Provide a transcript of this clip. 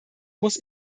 muss